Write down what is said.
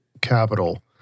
capital